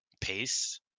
pace